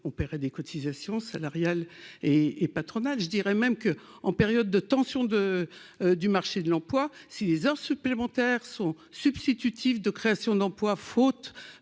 on paierait des cotisations salariales et patronales, je dirais même que, en période de tension de du marché de l'emploi si les heures supplémentaires sont substitutif de création d'emplois, faute